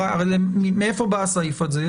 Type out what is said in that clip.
ומאיפה בא הסעיף הזה?